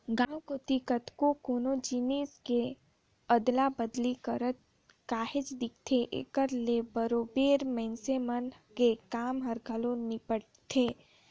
गाँव कोती कतको कोनो जिनिस के अदला बदली करत काहेच दिखथे, एकर ले बरोबेर मइनसे मन के काम हर घलो निपटथे